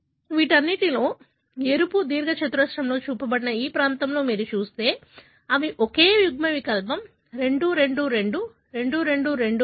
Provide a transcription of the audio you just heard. వీటన్నిటిలో ఎరుపు దీర్ఘచతురస్రంలో చూపబడిన ఈ ప్రాంతంలో మీరు చూస్తే అవి ఒకే యుగ్మవికల్పం 2 2 2 2 2 2 3